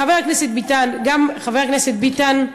חבר הכנסת ביטן, חבר הכנסת ביטן,